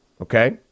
Okay